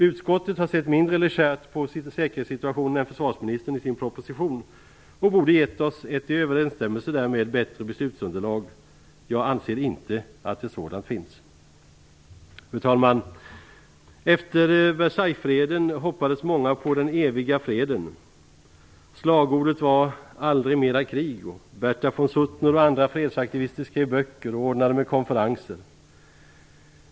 Utskottet har sett mindre legärt på säkerhetssituationen än försvarsministern i sin proposition och borde gett oss ett i överensstämmelser därmed bättre beslutsunderlag. Jag anser inte att ett sådant finns. Fru talman! Efter Versaillesfreden hoppades många på den eviga freden. Slagordet var "aldrig mera krig", och Bertha von Suttner och andra fredsaktivister skrev böcker och ordnade med konferenser.